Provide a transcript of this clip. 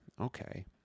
Okay